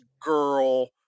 girl